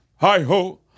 Hi-ho